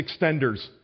extenders